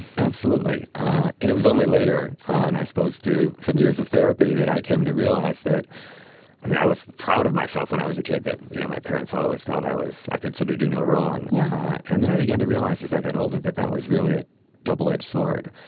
absolutely. and it was only later on, i suppose, through some years of therapy, that i came to realize that and i was proud of myself when i was a kid that you know my parents always thought i was i could sort of do no wrong yeah and then i began to realize, as i got older, that that was really a double-edged sword.